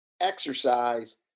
exercise